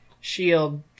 shield